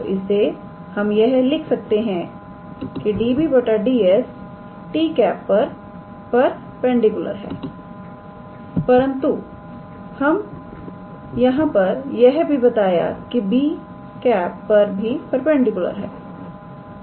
तो इससे हम यह लिख सकते हैं 𝑑𝑏̂ 𝑑𝑠 𝑡̂ पर परपेंडिकुलर है परंतु हमें यहां पर यह भी बताया कि यह 𝑏̂ पर भी परपेंडिकुलर है